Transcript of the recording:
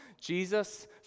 Jesus